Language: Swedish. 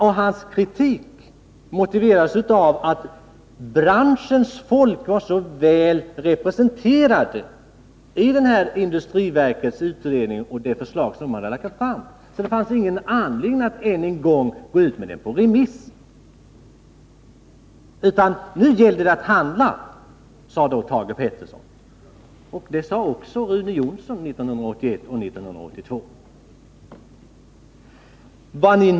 Hans kritik motiverades av att branschen var så väl representerad i den utredning inom industriverket som hade lagt fram detta förslag. Det fanns därför ingen anledning att än en gång gå ut med utredningen på remiss, utan nu gällde det att handla, sade Thage Peterson då. Det sade också Rune Jonsson 1981 och 1982.